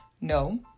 No